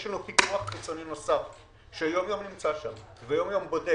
יש לנו פיקוח חיצוני נוסף שנמצא שם יום-יום ובודק